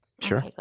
Sure